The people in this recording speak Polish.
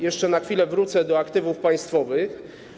Jeszcze na chwilę wrócę do aktywów państwowych.